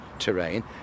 terrain